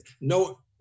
no